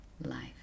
life